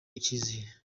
icizere